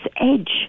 edge